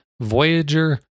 Voyager